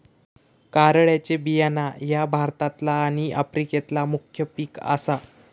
कारळ्याचे बियाणा ह्या भारतातला आणि आफ्रिकेतला मुख्य पिक आसा